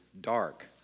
dark